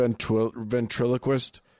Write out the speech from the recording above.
ventriloquist